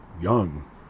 young